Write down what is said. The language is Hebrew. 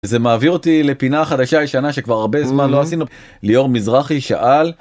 זה מעביר אותי לפינה חדשה ישנה שכבר הרבה זמן לא עשינו, ליאור מזרחי שאל...